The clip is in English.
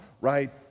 right